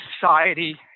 society